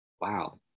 wow